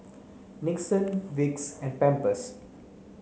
Nixon Vicks and Pampers